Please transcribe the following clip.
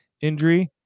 injury